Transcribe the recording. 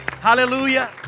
hallelujah